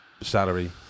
salary